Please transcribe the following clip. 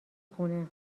خونه